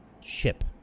ship